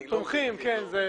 תודה.